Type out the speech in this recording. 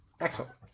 Excellent